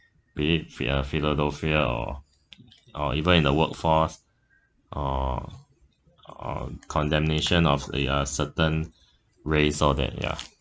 be it pae~ uh paedophilia or or even in the workforce or on condemnation of a uh certain race all that ya